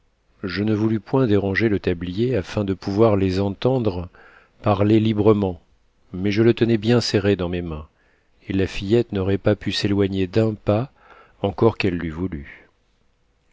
je ne voulus point déranger le tablier afin de pouvoir les entendre parler librement mais je le tenais bien serré dans mes mains et la fillette n'aurait pas pu s'éloigner d'un pas encore qu'elle l'eût voulu